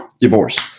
divorce